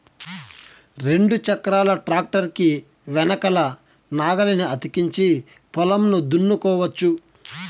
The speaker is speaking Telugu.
రెండు చక్రాల ట్రాక్టర్ కి వెనకల నాగలిని అతికించి పొలంను దున్నుకోవచ్చు